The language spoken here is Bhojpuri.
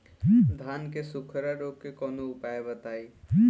धान के सुखड़ा रोग के कौनोउपाय बताई?